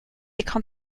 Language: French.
écran